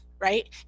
Right